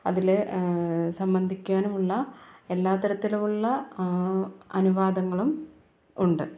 അതിൽ സംബന്ധിക്കാനുമുള്ള എല്ലാ തരത്തിലുമുള്ള അനുവാദങ്ങളും ഉണ്ട്